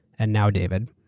and now david,